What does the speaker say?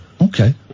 Okay